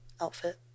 outfit